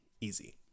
easy